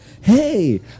hey